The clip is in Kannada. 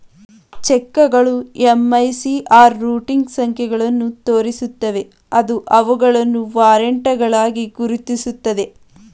ಚೆಕ್ಗಳು ಎಂ.ಐ.ಸಿ.ಆರ್ ರೂಟಿಂಗ್ ಸಂಖ್ಯೆಗಳನ್ನು ತೋರಿಸುತ್ತವೆ ಅದು ಅವುಗಳನ್ನು ವಾರೆಂಟ್ಗಳಾಗಿ ಗುರುತಿಸುತ್ತದೆ